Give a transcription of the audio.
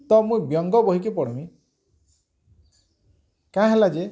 ତ ମୁଇଁ ବ୍ୟଙ୍ଗ ବହିକି ପଢ଼୍ମି କାଁ ହେଲା ଯେ